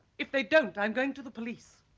if they don't i'm going to the police